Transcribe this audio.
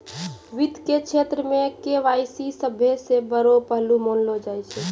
वित्त के क्षेत्र मे के.वाई.सी सभ्भे से बड़ो पहलू मानलो जाय छै